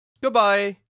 Goodbye